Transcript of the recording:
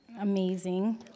amazing